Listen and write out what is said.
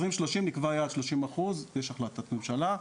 2030 נקבע יעד שלושים אחוז, ישנה החלטת ממשלה.